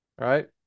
right